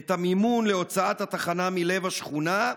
את המימון להוצאת התחנה מלב השכונה,